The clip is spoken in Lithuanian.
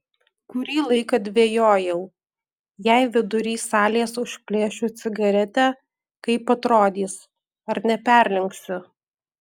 kurį laiką dvejojau jei vidury salės užplėšiu cigaretę kaip atrodys ar neperlenksiu